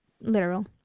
literal